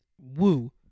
Woo